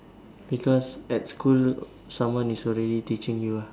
because at school someone is already teaching you ah